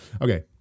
Okay